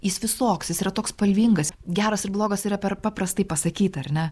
jis visoks jis yra toks spalvingas geras ir blogas yra per paprastai pasakyta ar ne